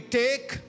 take